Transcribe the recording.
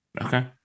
Okay